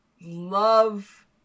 love